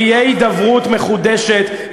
תהיה הידברות מחודשת,